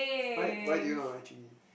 why why do you not like Jun-Yi